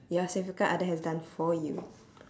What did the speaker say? your significant other has done for you